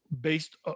based